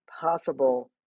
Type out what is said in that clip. possible